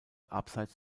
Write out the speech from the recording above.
abseits